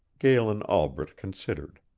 galen albret considered.